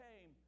came